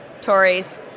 Tories